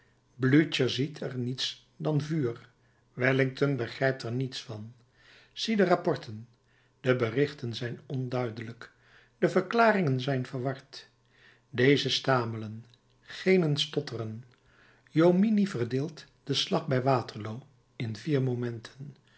blücher ziet er niets dan vuur wellington begrijpt er niets van zie de rapporten de berichten zijn onduidelijk de verklaringen zijn verward dezen stamelen genen stotteren jomini verdeelt den slag bij waterloo in vier momenten